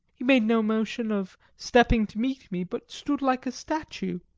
he made no motion of stepping to meet me, but stood like a statue,